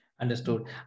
Understood